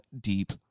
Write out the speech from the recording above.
deep